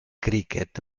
cricket